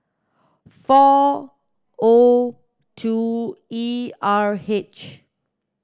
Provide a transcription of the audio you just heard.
four O two E R H